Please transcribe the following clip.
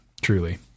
truly